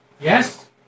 yes